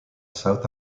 south